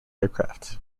aircraft